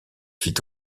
fit